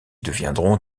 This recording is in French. deviendront